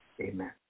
amen